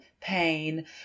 pain